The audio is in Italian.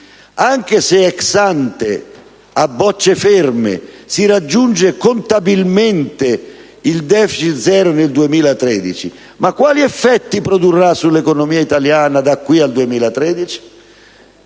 anche se, *ex ante*, a bocce ferme, si raggiunge contabilmente il *deficit* zero nel 2013, quali effetti si produrranno sull'economia italiana da qui a